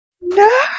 No